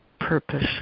purpose